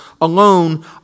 alone